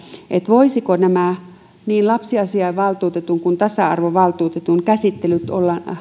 voisivatko nämä niin lapsiasiavaltuutetun kuin tasa arvovaltuutetun käsittelyt olla